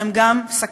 והם גם סכנה,